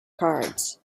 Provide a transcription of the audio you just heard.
cards